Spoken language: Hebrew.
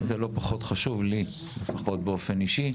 זה לא פחות חשוב לי לפחות באופן אישי.